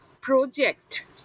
project